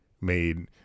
made